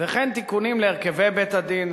וכן בהרכבי בית-הדין,